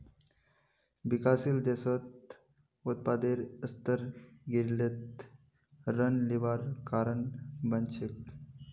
विकासशील देशत उत्पादेर स्तर गिरले त ऋण लिबार कारण बन छेक